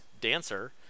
Dancer